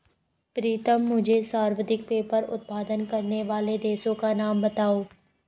प्रीतम मुझे सर्वाधिक पेपर उत्पादन करने वाले देशों का नाम बताओ?